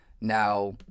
Now